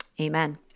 Amen